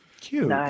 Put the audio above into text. cute